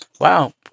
Wow